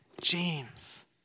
James